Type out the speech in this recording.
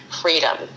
freedom